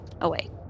away